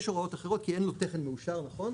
יש הוראות אחרות כי אין לו תכן מאושר נכון?